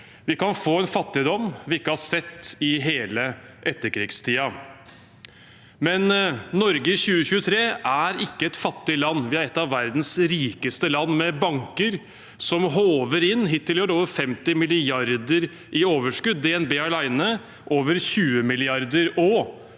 Vi kan få en fattigdom vi ikke har sett i hele etterkrigstiden. Samtidig er Norge i 2023 ikke et fattig land. Vi er et av verdens rikeste land, med banker som håver inn – hittil i år over 50 mrd. kr i overskudd, DNB har alene over 20 mrd.